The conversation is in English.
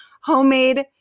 homemade